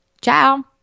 Ciao